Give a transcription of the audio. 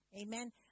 Amen